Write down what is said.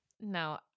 No